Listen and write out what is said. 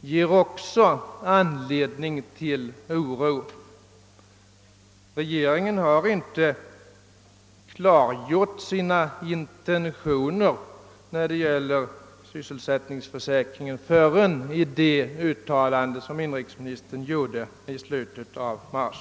ger också anledning till oro. Regeringen har inte klargjort sina intentioner beträffande sysselsättningsförsäkringen förrän i det uttalande som inrikesministern gjorde i slutet av mars.